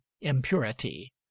impurity